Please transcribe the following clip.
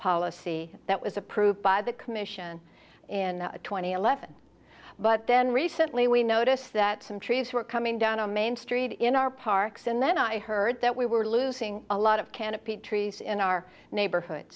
policy that was approved by the commission in two thousand and eleven but then recently we noticed that some trees were coming down on main street in our parks and then i heard that we were losing a lot of canopy trees in our neighborhood